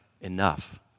enough